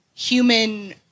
human